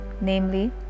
namely